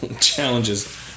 challenges